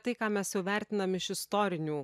tai ką mes jau vertinami iš istorinių